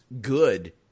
good